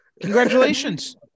Congratulations